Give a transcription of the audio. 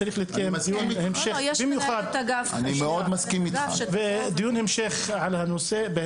אני חושב שצריך להתקיים דיון המשך בנושא הזה,